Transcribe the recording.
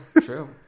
true